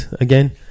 again